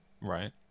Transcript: Right